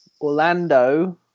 Orlando